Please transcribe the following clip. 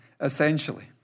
essentially